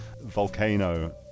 Volcano